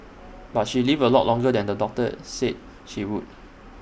but she lived A lot longer than the doctor said she would